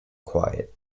quiet